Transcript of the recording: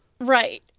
right